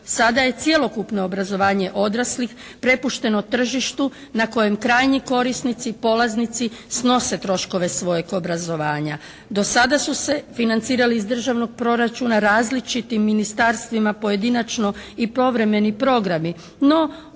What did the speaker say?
Sada je cijelo obrazovanje odraslih prepušteno tržištu na kojem krajnji korisnici, polaznici snose troškove svojeg obrazovanje. Do sada su se financirali iz državnog proračuna različitim ministarstvima pojedinačno i povremeni programi no,